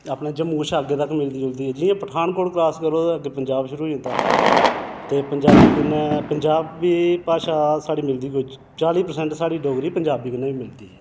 अपने जम्मू कशा अग्गें तक्कर मिलदी जुलदी ऐ जि'यां पठानकोट क्रास करो ते पंजाब शुरू होई जंदा ऐ ते पंजाबी कन्नै साढ़ी भाशा मिलदी ऐ कोई चाली परसैंट साढ़ी डोगरी बी पंजाबी कन्नै मिलदी ऐ